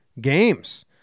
games